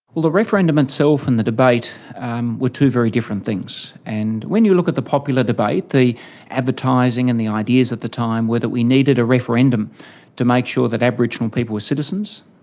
the referendum itself and the debate were two very different things. and when you look at the popular debate, the advertising and the ideas at the time were that we needed a referendum to make sure that aboriginal people were citizens,